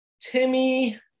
Timmy